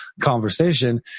conversation